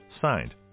signed